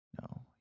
No